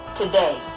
today